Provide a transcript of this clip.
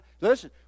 listen